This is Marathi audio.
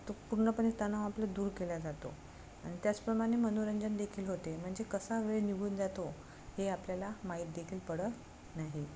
तो पूर्णपणे तणाव आपलं दूर केल्या जातो आणि त्याचप्रमाणे मनोरंजन देखील होते म्हणजे कसा वेळ निघून जातो हे आपल्याला माहीत देखील पडत नाही